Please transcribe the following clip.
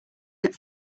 that